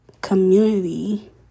community